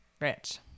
rich